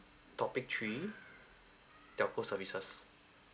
topic three telco services